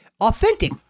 authentic